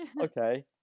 Okay